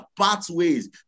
pathways